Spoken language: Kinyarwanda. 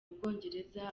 bwongereza